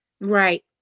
right